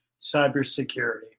cybersecurity